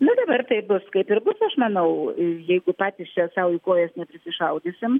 na dabar taip bus kaip ir bus aš manau jeigu patys čia sau į kojas neprisišaudysim